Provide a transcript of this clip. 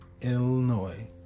Illinois